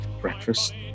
breakfast